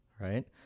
Right